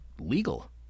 legal